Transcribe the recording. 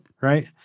Right